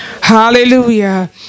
Hallelujah